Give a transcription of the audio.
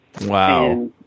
Wow